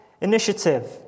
initiative